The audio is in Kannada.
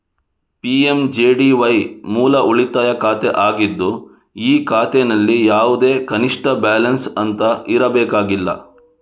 ಪಿ.ಎಂ.ಜೆ.ಡಿ.ವೈ ಮೂಲ ಉಳಿತಾಯ ಖಾತೆ ಆಗಿದ್ದು ಈ ಖಾತೆನಲ್ಲಿ ಯಾವುದೇ ಕನಿಷ್ಠ ಬ್ಯಾಲೆನ್ಸ್ ಅಂತ ಇರಬೇಕಾಗಿಲ್ಲ